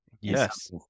Yes